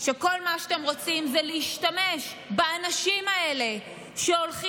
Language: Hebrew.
יותר שכל מה שאתם רוצים זה להשתמש באנשים האלה שהולכים